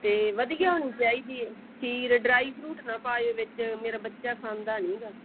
ਅਤੇ ਵਧੀਆ ਹੋਣੀ ਚਾਹੀਦੀ ਹੈ ਖੀਰ ਡਰਾਈ ਫਰੂਟ ਨਾ ਪਾਇਓ ਵਿੱਚ ਮੇਰਾ ਬੱਚਾ ਖਾਂਦਾ ਨਹੀਂ ਹੈਗਾ